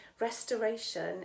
restoration